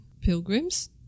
pilgrims